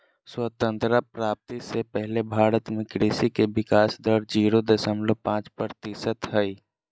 स्वतंत्रता प्राप्ति से पहले भारत में कृषि के विकाश दर जीरो दशमलव पांच प्रतिशत हई